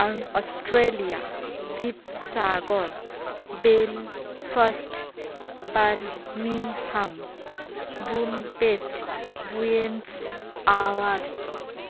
ᱟᱱ ᱚᱥᱴᱨᱮᱞᱤᱭᱟ ᱫᱤᱯᱥᱟᱜᱚᱨ ᱵᱮᱞ ᱯᱷᱟᱥᱴ ᱵᱟᱨ ᱢᱤ ᱦᱟᱢ ᱵᱩᱱ ᱯᱮᱥᱴ ᱵᱨᱮᱱᱥ ᱟᱣᱟᱨᱥ